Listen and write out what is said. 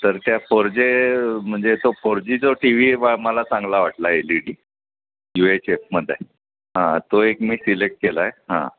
तर त्या फोर जे म्हणजे तो फोरजी जो टी वी मला चांगला वाटला L E D U H एफमध्ये हां तो एक मी सिलेक्ट केला आहे हां